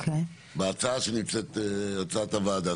בהצעת הוועדה.